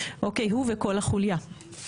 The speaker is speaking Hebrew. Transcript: הוא וכל החוליה.